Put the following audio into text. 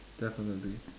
definitely